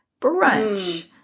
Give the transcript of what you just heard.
brunch